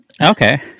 Okay